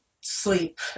sleep